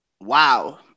wow